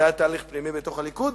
זה היה תהליך פנימי בתוך הליכוד.